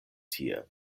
tie